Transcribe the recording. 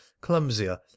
clumsier